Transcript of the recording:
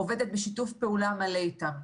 אני עובדת בשיתוף פעולה מלא איתם.